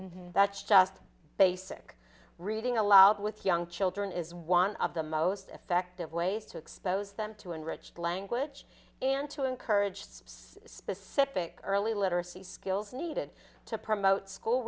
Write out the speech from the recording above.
lifetime that's just basic reading aloud with young children is one of the most effective ways to expose them to enrich the language and to encourage specific early literacy skills needed to promote school